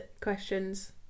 questions